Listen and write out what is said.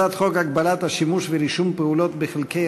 הצעת חוק הגבלת השימוש ורישום פעולות בחלקי